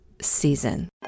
season